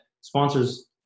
sponsors